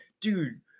dude